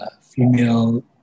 female